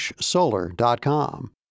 solar.com